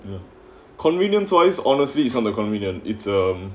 you know convenience wise honestly it's the convenient it's um